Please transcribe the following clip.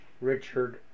Richard